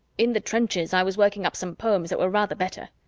in the trenches, i was working up some poems that were rather better.